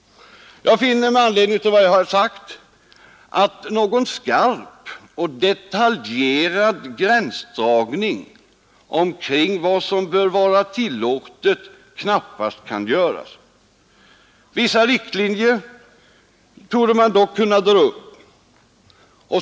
Jag finner med stöd av vad jag här har sagt att någon skarp och detaljerad gränsdragning kring vad som bör vara tillåtet knappast kan göras. Vissa riktlinjer torde man dock kunna dra upp.